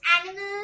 animals